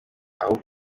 aho